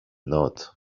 note